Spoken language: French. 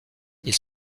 ils